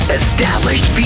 established